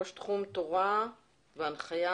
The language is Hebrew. ראש תחום תורה והנחיה,